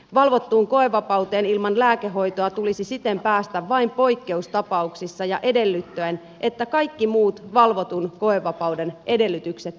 valvottuun koevapauteen ilman lääkehoitoa tulisi siten päästä vain poikkeustapauksissa ja edellyttäen että kaikki muut valvotun koevapauden edellytykset täyttyvät